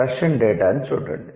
Russian డేటాను చూడండి